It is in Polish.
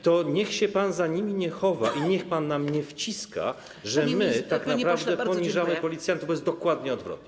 To niech się pan za nimi nie chowa i niech pan nam nie wciska, że my tak naprawdę poniżamy policjantów, bo jest dokładnie odwrotnie.